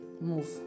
move